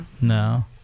No